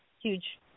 huge